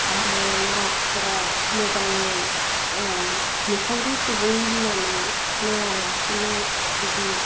आरो नार्सफोरा मोजाङै निखावरि सुबुं होन्नानै नायालासेनो जुदि